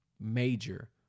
major